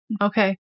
Okay